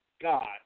God